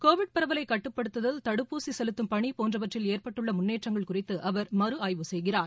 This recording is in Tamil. கோவிட் பரவலை கட்டுப்படுத்துதல் தடுப்பூசி செலுத்தும் பணி போன்றவற்றில் ஏற்பட்டுள்ள முன்னேற்றங்கள் குறித்து அவர் மறு ஆய்வு செய்கிறார்